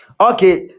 okay